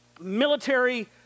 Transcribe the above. military